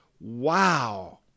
Wow